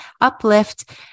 uplift